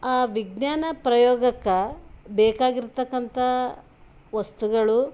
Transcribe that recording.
ಆ ವಿಜ್ಞಾನ ಪ್ರಯೋಗಕ್ಕೆ ಬೇಕಾಗಿರ್ತಕ್ಕಂಥ ವಸ್ತುಗಳು